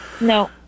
no